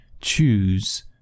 choose